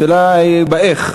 השאלה היא איך.